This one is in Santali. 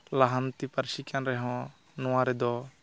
ᱞᱟᱦᱟᱱᱛᱤ ᱯᱟᱹᱨᱥᱤ ᱠᱟᱱ ᱨᱮᱦᱚᱸ ᱱᱚᱣᱟ ᱨᱮᱫᱚ